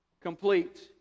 complete